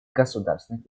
государственных